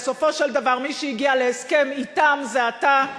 בסופו של דבר מי שהגיע להסכם אתם זה אתה,